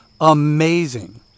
amazing